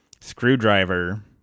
screwdriver